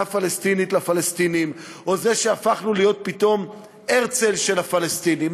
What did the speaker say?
פלסטינית לפלסטינים או שהפכנו להיות פתאום הרצל של הפלסטינים,